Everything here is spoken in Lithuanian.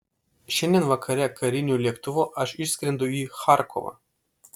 šiandien vakare kariniu lėktuvu aš išskrendu į charkovą